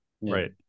right